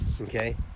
Okay